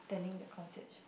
tending the concierge